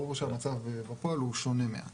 ברור שהמצב בפועל שונה מעט.